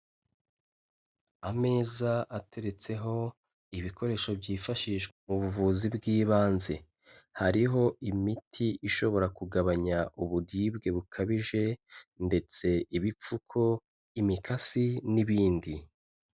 Ameza ateretseho ibikoresho byifashishwa mu buvuzi bw'ibanze. Hariho imiti ishobora kugabanya uburibwe bukabije ndetse ibipfuko, imikasi n'ibindi.